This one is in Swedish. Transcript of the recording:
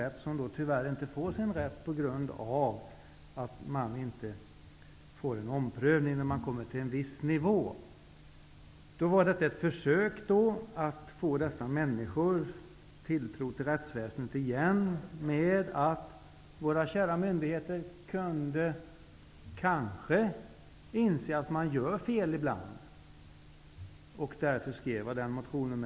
De får tyvärr inte sin rätt på grund av att de inte beviljas omprövning när de kommer till en viss nivå i rättsapparaten. Detta förslag var ett försök att få dessa människor att känna tilltro till rättsväsendet igen. Våra kära myndigheter kanske kunde inse att de gör fel ibland. Därför skrev jag motionen.